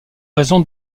raison